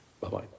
Bye-bye